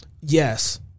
Yes